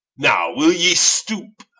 now will ye stoope